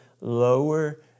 lower